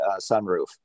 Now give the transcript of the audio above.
sunroof